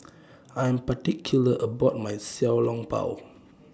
I Am particular about My Xiao Long Bao